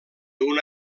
una